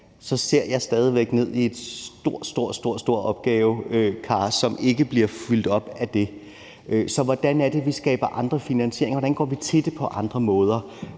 så ser jeg stadig væk ned i et stort, stort opgavekar, som ikke bliver fyldt op af det. Så hvordan er det, vi skaber andre finansieringer? Hvordan går vi til det på andre måder?